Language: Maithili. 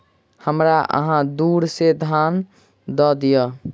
हमरा अहाँ दू सेर धान दअ दिअ